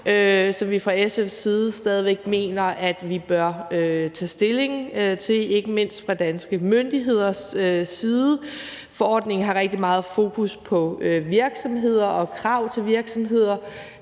på plads, dog ikke udmøntet endnu – at vi bør tage stilling til, ikke mindst fra danske myndigheders side. Forordningen har rigtig meget fokus på virksomheder og krav til virksomheder.